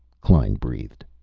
klein breathed.